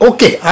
Okay